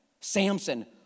Samson